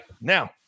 Now